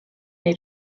neu